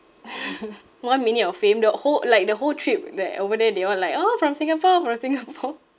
one minute of fame the whole like the whole trip like over there they all like orh from singapore from singapore